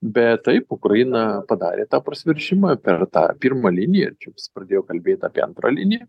bet taip ukraina padarė tą prasiveržimą per tą pirmą liniją čia visi pradėjo kalbėt apie antrą liniją